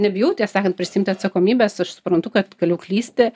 nebijau tiesą sakant prisiimti atsakomybės aš suprantu kad galiu klysti